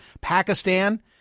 Pakistan